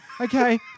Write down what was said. okay